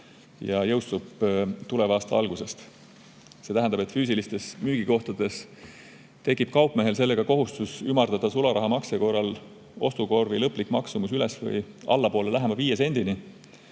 jõustub tuleva aasta alguses. See tähendab, et füüsilistes müügikohtades tekib kaupmehel kohustus ümardada sularahamakse korral ostukorvi lõplik maksumus üles- või allapoole lähema viie sendini.